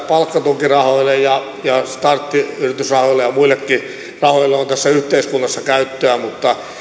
palkkatukirahoille ja startti yritys ja muillekin rahoille on tässä yhteiskunnassa käyttöä mutta